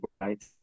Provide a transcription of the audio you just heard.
right